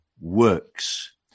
works